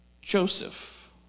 Joseph